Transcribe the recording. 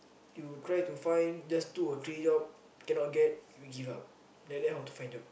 you try to find just two or three job cannot get you give up like that how to find job